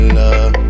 love